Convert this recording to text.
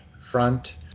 front